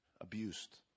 abused